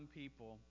people